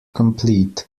complete